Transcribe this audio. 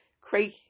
create